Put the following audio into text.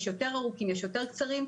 יש ארוכים יותר ויש קצרים יותר,